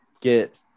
get